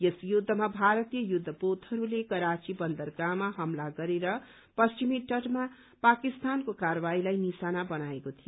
यस युद्धमा भारतीय युद्ध पोतहरूले कराची बन्दरगाहमा हमला गरेर पश्चिमी तटमा पाकिस्तानको कारवाहीलाई निशाना बनाएको थियो